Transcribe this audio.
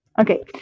Okay